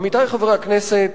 עמיתי חברי הכנסת,